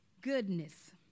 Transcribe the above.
Goodness